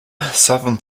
southern